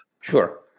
Sure